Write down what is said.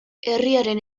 herriaren